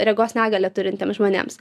regos negalią turintiems žmonėms